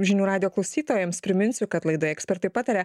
žinių radijo klausytojams priminsiu kad laidoje ekspertai pataria